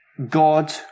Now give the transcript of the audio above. God